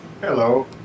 Hello